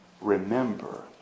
remember